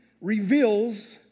reveals